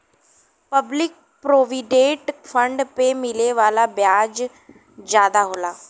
public provident fund पे मिले वाला ब्याज जादा होला